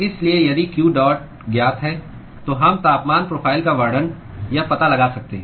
इसलिए यदि q dot ज्ञात है तो हम तापमान प्रोफ़ाइल का वर्णन या पता लगा सकते हैं